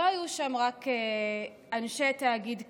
לא היו שם רק אנשי תאגיד "כאן",